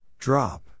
Drop